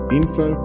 info